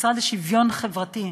המשרד לשוויון חברתי,